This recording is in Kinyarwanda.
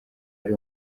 ari